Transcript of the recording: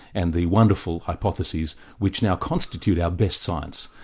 and the wonderful hypotheses which now constitute our best science.